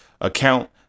account